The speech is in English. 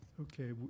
Okay